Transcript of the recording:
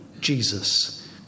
Jesus